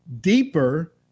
deeper